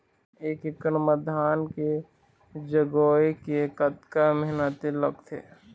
एक एकड़ म धान के जगोए के कतका मेहनती लगथे?